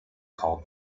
called